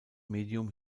medium